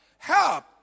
help